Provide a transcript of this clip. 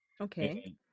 Okay